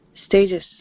Stages